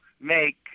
make